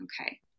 Okay